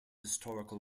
historical